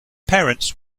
parents